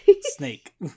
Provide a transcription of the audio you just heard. Snake